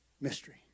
mystery